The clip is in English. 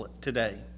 today